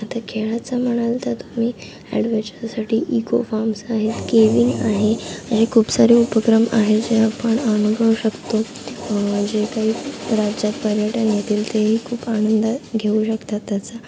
आता खेळाचं म्हणाल तर तुम्ही ॲडव्हेन्चरसाठी इकोफार्म्स आहेत केविन आहे आणि खूप सारे उपक्रम आहेत जे आपण अनुभवू शकतो जे काही राज्यात पर्यटन येतील तेही खूप आनंद घेऊ शकतात त्याचा